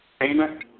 Payment